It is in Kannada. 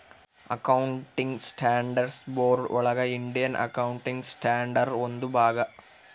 ಅಕೌಂಟಿಂಗ್ ಸ್ಟ್ಯಾಂಡರ್ಡ್ಸ್ ಬೋರ್ಡ್ ಒಳಗ ಇಂಡಿಯನ್ ಅಕೌಂಟಿಂಗ್ ಸ್ಟ್ಯಾಂಡರ್ಡ್ ಒಂದು ಭಾಗ